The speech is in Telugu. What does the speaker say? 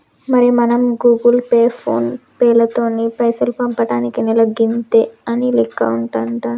మరి మనం గూగుల్ పే ఫోన్ పేలతోటి పైసలు పంపటానికి నెలకు గింత అనే లెక్క ఉంటుంది